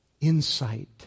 insight